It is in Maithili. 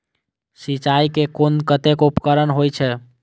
सिंचाई के कुल कतेक उपकरण होई छै?